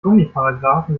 gummiparagraphen